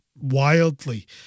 wildly